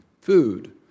food